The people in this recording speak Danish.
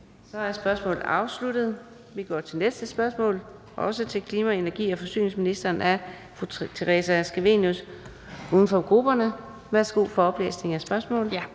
Så er spørgsmålet afsluttet. Vi går til næste spørgsmål, også til klima-, energi- og forsyningsministeren af fru Theresa Scavenius uden for grupperne. Kl. 13:40 Spm.